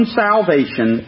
salvation